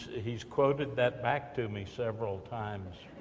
he's quoted that back to me several times.